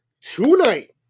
tonight